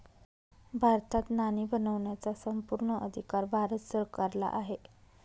भारतात नाणी बनवण्याचा संपूर्ण अधिकार भारत सरकारला आहे